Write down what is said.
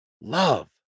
love